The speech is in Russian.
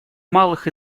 малых